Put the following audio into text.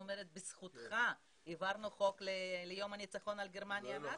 הייתי אומרת שבזכותך העברנו חוק ליום הניצחון על גרמניה הנאצית.